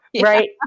right